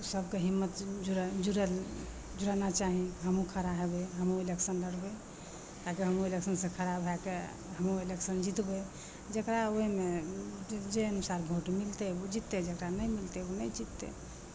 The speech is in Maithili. सभकेँ हिम्मत जुड़ल जुड़ल जुड़ना चाही हमहूँ खड़ा हेबै हमहूँ इलेक्शन लड़बै आओर जे हम इलेक्शनसे खड़ा भएके हमहूँ इलेक्शन जितबै जकरा ओहिमे जाहि हिसाब भोट मिलतै ओ जिततै जकरा नहि मिलतै ओ नहि जिततै